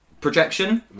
projection